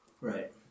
Right